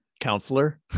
counselor